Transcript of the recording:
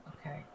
Okay